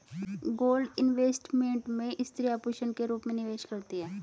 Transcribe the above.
gold investment में स्त्रियां आभूषण के रूप में निवेश करती हैं